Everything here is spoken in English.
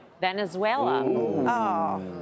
Venezuela